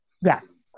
Yes